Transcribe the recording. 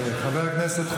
ראית ערוץ 14,